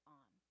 on